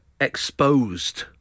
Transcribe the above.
exposed